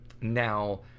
Now